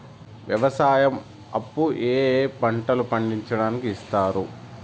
వ్యవసాయం అప్పు ఏ ఏ పంటలు పండించడానికి ఇస్తారు?